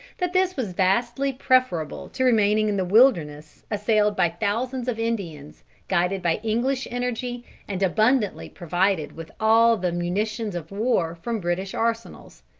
that this was vastly preferable to remaining in the wilderness assailed by thousands of indians guided by english energy and abundantly provided with all the munitions of war from british arsenals.